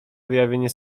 wyjawienie